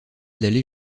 d’aller